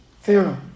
Pharaoh